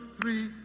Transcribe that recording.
three